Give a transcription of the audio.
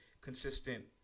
consistent